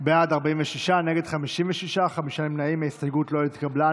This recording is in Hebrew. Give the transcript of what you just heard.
(27) של חברי הכנסת שלמה קרעי,